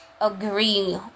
agree